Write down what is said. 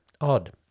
Odd